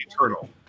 eternal